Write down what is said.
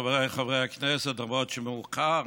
חבריי חברי הכנסת, למרות שמאוחר,